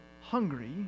hungry